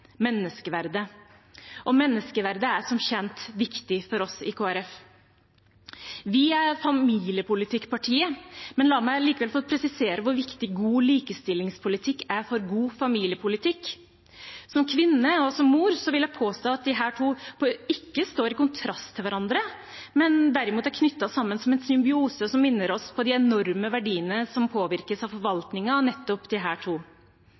Menneskeverdet er som kjent viktig for oss i Kristelig Folkeparti. Vi er familiepolitikkpartiet. La meg likevel få presisere hvor viktig god likestillingspolitikk er for god familiepolitikk. Som kvinne og mor vil jeg påstå at disse to ikke står i kontrast til hverandre, men derimot er knyttet sammen som en symbiose som minner oss om de enorme verdiene som påvirkes av forvaltningen av disse to. En av de